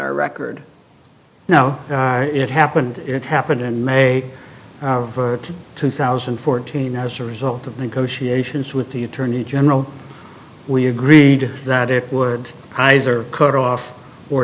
our record now it happened it happened in may of two thousand and fourteen as a result of negotiations with the attorney general we agreed that it would eyes or cut off or